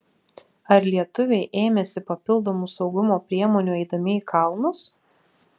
ar lietuviai ėmėsi papildomų saugumo priemonių eidami į kalnus